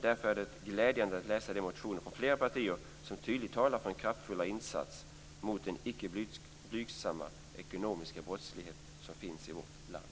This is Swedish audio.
Därför är det glädjande att läsa de motioner från flera partier som tydligt talar för en kraftfullare insats mot den icke blygsamma ekonomiska brottslighet som finns i vårt land.